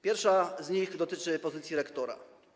Pierwsza z nich dotyczy pozycji rektora.